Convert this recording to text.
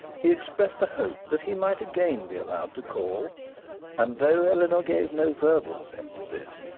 he expressed a hope that he might again be allowed to call and though eleanor gave no verbal assent to this,